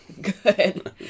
good